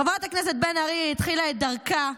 חברת הכנסת בן ארי התחילה את דרכה,